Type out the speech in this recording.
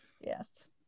Yes